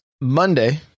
Monday